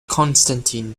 constantine